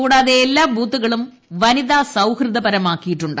കൂടാതെ എല്ലാ ബൂത്തുകളും വനിതാ സൌഹൃദമാക്കിയിട്ടുണ്ട്